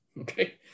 okay